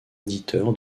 éditeur